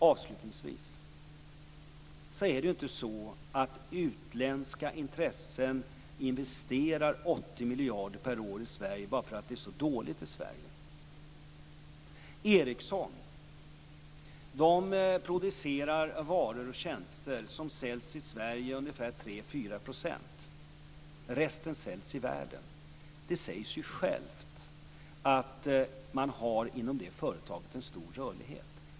Avslutningsvis vill jag säga att det inte är så att utländska intressen investerar 80 miljarder per år i Sverige bara för att det är så dåligt här. Ericsson producerar varor och tjänster varav 3-4 % säljs i Sverige. Resten säljs i övriga världen. Det säger sig självt att man inom det företaget har en stor rörlighet.